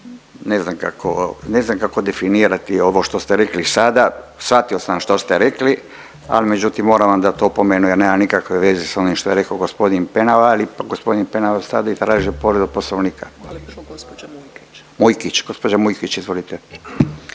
ne znam kako definirati ovo što ste rekli sada, shvatio sam što ste rekli ali međutim moram vam dati opomenu jer nema nikakve veze s onim što je rekao gospodin Penava, ali gospodin Penava sada je tražio povredu Poslovnika. Mujkić, gospođa Mujkić izvolite.